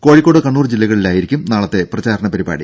കോഴിക്കോട് കണ്ണൂർ ജില്ലകളിലായിരിക്കും നാളത്തെ പ്രചാരണ പരിപാടി